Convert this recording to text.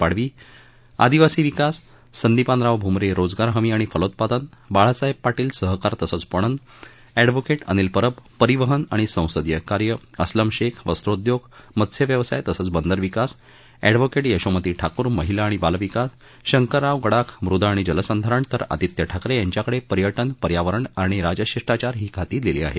पाडवी आदिवासी विकास संदिपानराव भुमरे रोजगार हमी आणि फलोत्पादन बाळासाहेब पार्शिल सहकार तसंच पणन एडव्होके अनिल परब परिवहन आणि संसदीय कार्य अस्लम शेख वस्त्रोद्योग मत्स्य व्यवसाय तसंच बंदरविकास अँडव्होके धिशोमती ठाकूर महिला आणि बालविकास शंकराराव गडाख मृदा आणि जलसंधारण तर आदित्य ठाकरे यांच्याकडे पर्याज्ञ पर्यावरण आणि राजशिष्टाचार ही खाती दिली आहेत